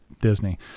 Disney